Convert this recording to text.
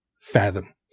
fathom